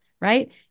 right